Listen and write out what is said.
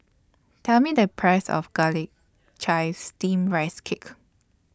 Tell Me The Price of Garlic Chives Steamed Rice Cake